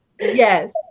Yes